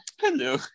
hello